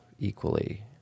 equally